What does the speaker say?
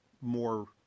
more